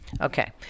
Okay